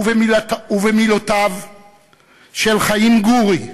ובמילותיו של חיים גורי,